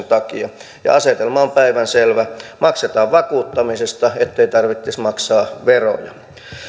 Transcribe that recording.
takia asetelma on päivänselvä maksetaan vakuuttamisesta ettei tarvitsisi maksaa veroja